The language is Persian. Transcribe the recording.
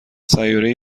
سیارهای